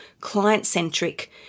client-centric